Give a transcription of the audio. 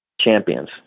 champions